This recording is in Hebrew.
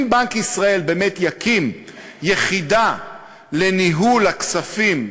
אם בנק ישראל באמת יקים יחידה לניהול הכספים,